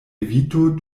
evitu